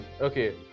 Okay